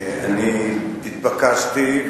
אני התבקשתי,